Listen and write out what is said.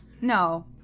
No